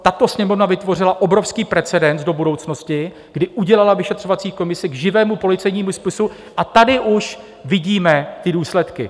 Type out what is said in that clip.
Tato Sněmovna vytvořila obrovský precedens do budoucnosti, kdy udělala vyšetřovací komisi k živému policejnímu spisu, a tady už vidíme ty důsledky.